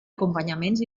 acompanyaments